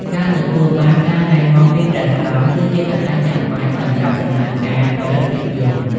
ការទទួលបានការណែនាំពីព្រះសង្ឃ គឺជាកត្តាចាំបាច់សម្រាប់ដំណើរការផលិតភាពយន្ត។